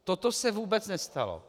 Toto se vůbec nestalo.